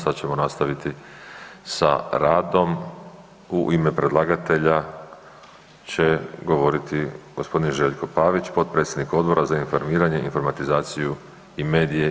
Sad ćemo nastaviti sa radom u ime predlagatelja će govoriti gospodin Željko Pavić, potpredsjednik Odbora za informiranje, informatizaciju i medije.